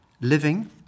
Living